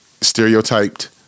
stereotyped